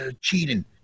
cheating